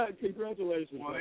Congratulations